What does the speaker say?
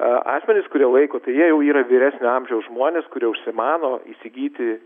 asmenys kurie laiko tai jau yra vyresnio amžiaus žmonės kurie užsimano įsigyti